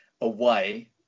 away